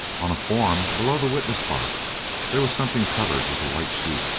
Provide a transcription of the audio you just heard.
on a form below the witness box there was something covered with a white sheet.